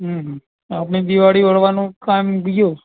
હં હં આપણે દિવાળી વણવાનું કામ ગ્યું